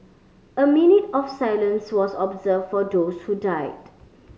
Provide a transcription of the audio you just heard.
a minute of silence was observed for those who died